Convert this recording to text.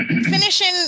finishing